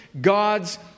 God's